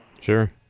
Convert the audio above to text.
Sure